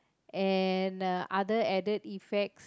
and uh other added effects